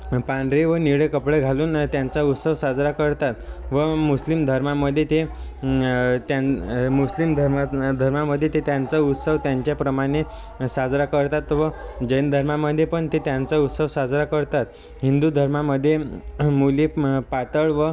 पांढरे व निळे कपडे घालून त्यांचा उत्सव साजरा करतात व मुस्लिम धर्मामध्ये ते त्यान् मुस्लिम धर्मा धर्मामध्ये ते त्यांचा उत्सव त्यांच्याप्रमाणे साजरा करतात व जैन धर्मामध्ये पण ते त्यांचा उत्सव साजरा करतात हिंदू धर्मामध्ये मुली पातळ व